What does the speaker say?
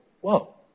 whoa